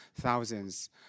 thousands